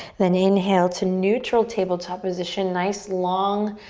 then inhale to neutral tabletop position. nice long,